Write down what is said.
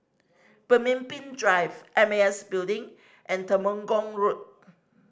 Pemimpin Drive M A S Building and Temenggong Road